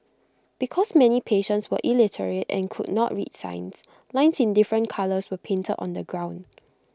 because many patients were illiterate and could not read signs lines in different colours were painted on the ground